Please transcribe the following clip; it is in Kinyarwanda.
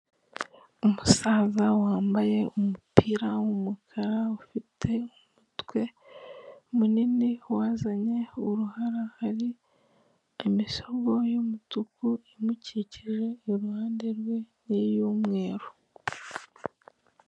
Umusaza wambaye umupira w'umukara, ufite umutwe munini wazanye uruhara, hari imisego y'umutuku imukikije, iruhande rwe n'iyumweru.